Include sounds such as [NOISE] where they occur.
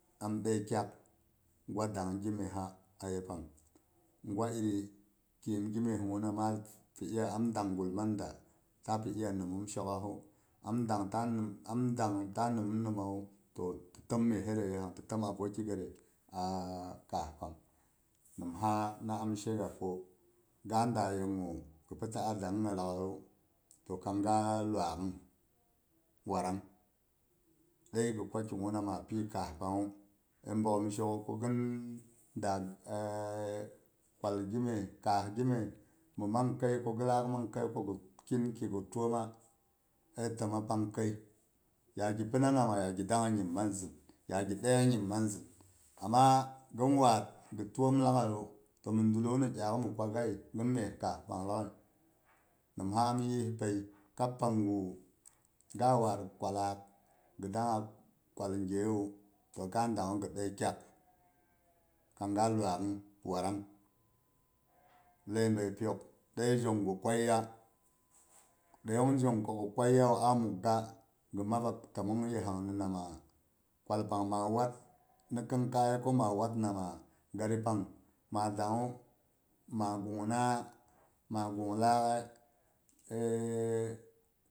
Am dəiyi kyak gwa dangn gimyesak yepang, gwa bii khim gimyesguna am dang gulman da ta pi iya nimum shok'asu am dang ta nimum am dang ta nimawu to tɨ təm nyesətre yepang ɗyaak ti təm aboki gətre [HESITATION] kaas pang, nimsa mi am shega ko, am daa yegu gi pi taba dangngəi lag'aiyu to kang ga luak'ung watrang dai gi kwa kiguna ma pyi kaas pangngu man. Bogghom she ko ko gin daa [HESITATION] kwal gimyes kiral gimyes kaas gimyes mɨn man kai ko gilaak man kaiya ko gi kyinki təoma əi təma pang kaii, ya gi pina nama, ya gi dangnga nyim man zɨn, ya gi daiya nyim man zɨn, amma gin waat gi təom lag'aiyu, to mɨn dul wanu dyaak'u mi kwagaye, gin məi kaaspang lag'ai, nimsa am yispəi kab panggu ga waar kwalaak gi dangng kwal gyewu, to gi dəi kyak kang ga luak'ung watrang, ləibəipyok, dai zhong gi kwayiiya, daiyong zhong kwa gi kwayiiyawu a muk ga gi maba ko təmong yepang ni namawa kwal pang ma wat mi kinkaiye ko ma wat namawa, gari pang ma dangngu ma gungna, ma gung laak [HESITATION]